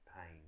pain